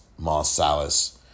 Marsalis